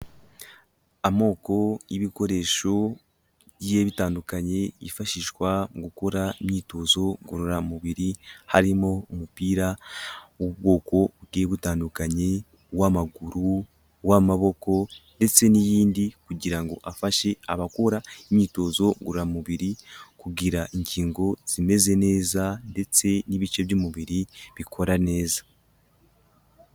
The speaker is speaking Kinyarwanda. Amoko y'ibikoresho bigiye bitandukanye yifashishwa mu gukora imyitozo ngororamubiri, harimo umupira w'ubwoko bugiye butandukanye, uw'amaguru, uw'amaboko ndetse n'iyindi kugira ngo afashe abakora imyitozo ngororamubiri kugira ingingo zimeze neza ndetse n'ibice by'umubiri bikora neza.